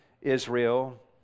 Israel